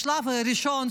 בשלב הראשון,